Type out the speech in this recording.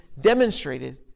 demonstrated